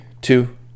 two